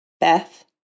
Beth